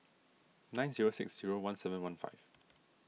nine zero six zero one seven one five